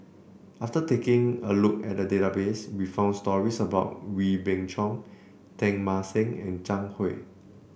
after taking a look at the database we found stories about Wee Beng Chong Teng Mah Seng and Zhang Hui